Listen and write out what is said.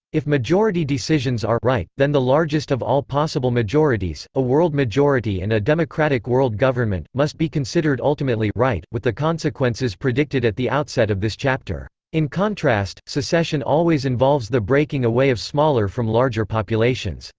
if majority decisions are right, then the largest of all possible majorities, a world majority and a democratic world government, must be considered ultimately right, with the consequences predicted at the outset of this chapter. in contrast, secession always involves the breaking away of smaller from larger populations.